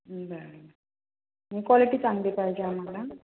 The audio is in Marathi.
बरं मग क्वालिटी चांगली पाहिजे आम्हाला